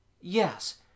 Yes